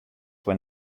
when